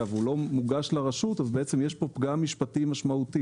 והוא לא מוגש לרשות אז בצעם יש פה פגם משפטי משמעותי.